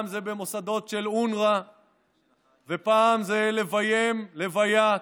זה במוסדות של אונר"א ופעם זה לביים הלוויה.